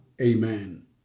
Amen